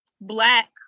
black